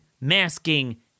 masking